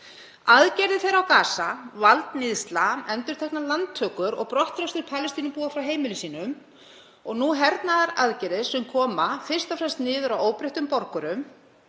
Aðgerðir þeirra á Gaza, valdníðsla, endurteknar landtökur og brottrekstur Palestínubúa frá heimilum sínum, og nú hernaðaraðgerðir sem koma fyrst og fremst niður á óbreyttum borgurum,